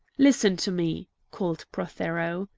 listen to me, called prothero.